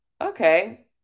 okay